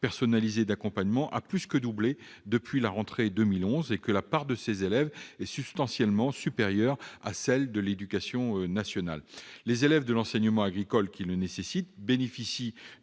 personnalisé d'accompagnement a plus que doublé depuis la rentrée 2011 et que la part de ces élèves est substantiellement supérieure à celle de l'éducation nationale. Les élèves de l'enseignement agricole qui en ont besoin bénéficient